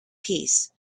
peace